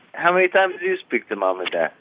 how many times you speak to mom and dad?